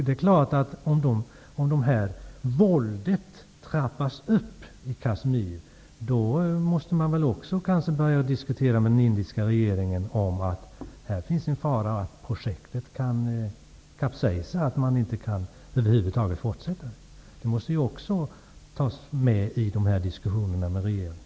Om våldet trappas upp i Kashmir kan man behöva diskutera med den indiska regeringen och framföra att det finns en fara för att projektet kan kapsejsa. Det här måste tas med i diskussionerna med regeringen.